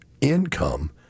income